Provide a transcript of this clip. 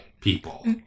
people